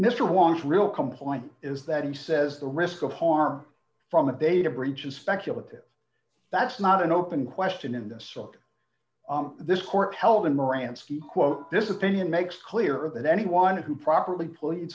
wong real complaint is that he says the risk of harm from a data breach is speculative that's not an open question in this book this court held in moran ski quote this opinion makes clear that anyone who properly plea